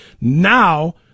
Now